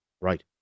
Right